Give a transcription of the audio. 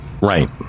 right